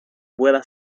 pueda